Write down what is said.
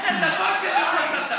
עשר דקות של נאום הסתה.